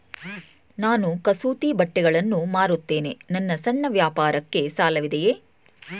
ನಾನು ಕಸೂತಿ ಬಟ್ಟೆಗಳನ್ನು ಮಾರುತ್ತೇನೆ ನನ್ನ ಸಣ್ಣ ವ್ಯಾಪಾರಕ್ಕೆ ಸಾಲವಿದೆಯೇ?